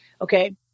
Okay